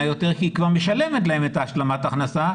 יותר כי היא כבר משלמת להן את השלמת ההכנסה,